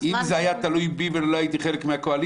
אם זה היה תלוי בי ולא הייתי חלק מהקואליציה